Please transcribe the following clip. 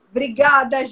Obrigada